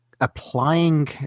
applying